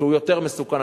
שהוא יותר מסוכן,